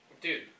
Dude